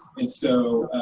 and so,